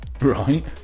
Right